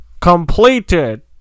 completed